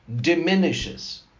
diminishes